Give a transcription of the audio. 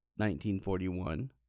1941